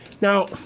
Now